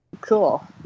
Cool